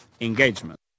engagement